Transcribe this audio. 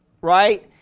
right